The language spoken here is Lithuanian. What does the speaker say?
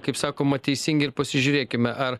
kaip sakoma teisingi ir pasižiūrėkime ar